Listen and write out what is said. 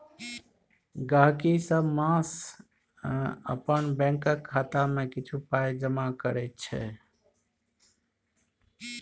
गहिंकी सब मास अपन बैंकक खाता मे किछ पाइ जमा करै छै